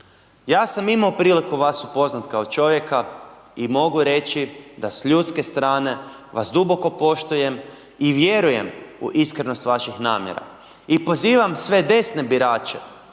Ja sam imao priliku vas upoznat kao čovjeka i mogu reći da s ljudske strane vas duboko poštujem i vjerujem u iskrenost vaših namjera i pozivam sve desne birače,